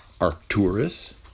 Arcturus